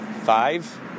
five